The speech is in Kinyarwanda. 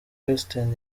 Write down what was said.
weinstein